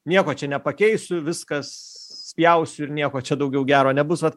nieko čia nepakeisiu viskas spjausiu ir nieko čia daugiau gero nebus vat